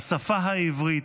לשפה העברית,